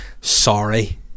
sorry